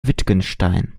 wittgenstein